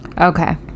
Okay